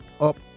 up